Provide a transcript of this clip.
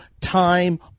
time